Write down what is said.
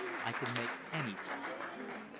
i can make any sacrifice.